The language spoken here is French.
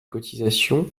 cotisations